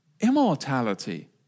Immortality